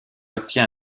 obtient